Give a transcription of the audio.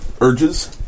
urges